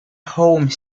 home